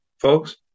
folks